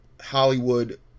Hollywood